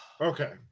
Okay